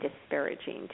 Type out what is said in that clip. disparaging